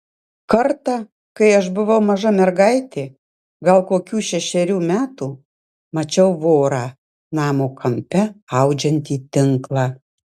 kartą kai aš buvau maža mergaitė gal kokių šešerių metų mačiau vorą namo kampe audžiantį tinklą